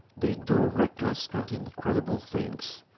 they do reckless and incredible things,